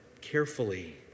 carefully